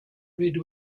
red